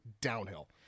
downhill